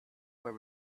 were